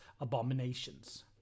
abominations